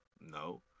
No